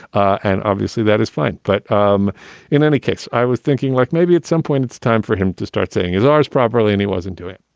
and obviously that is fine. but um in any case, i was thinking like maybe at some point it's time for him to start saying his r's properly and he wasn't doing it.